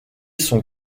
son